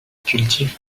cultive